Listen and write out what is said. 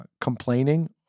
complaining